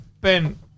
Ben